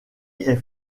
est